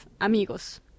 amigos